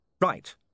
Right